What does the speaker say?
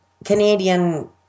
Canadian